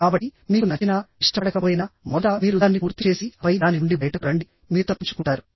కాబట్టిమీకు నచ్చినా ఇష్టపడకపోయినామొదట మీరు దాన్ని పూర్తి చేసిఆపై దాని నుండి బయటకు రండి మీరు తప్పించుకుంటారు